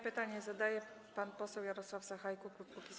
Pytanie zadaje pan poseł Jarosław Sachajko, klub Kukiz’15.